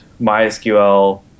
MySQL